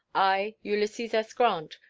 i, ulysses s. grant,